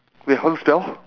wait how to spell